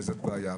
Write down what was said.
וזאת בעיה.